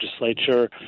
legislature